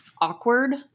awkward